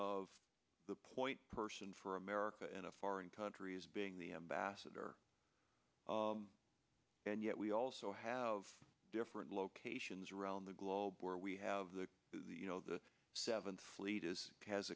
of the point person for america in a foreign country as being the ambassador and yet we also have different locations around the globe where we have the you know the seventh fleet is as